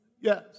Yes